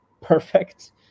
perfect